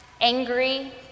angry